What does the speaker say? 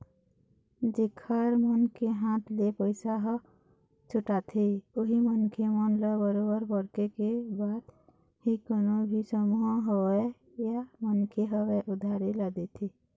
जेखर मन के हाथ ले पइसा ह छूटाथे उही मनखे मन ल बरोबर परखे के बाद ही कोनो भी समूह होवय या मनखे होवय उधारी ल देथे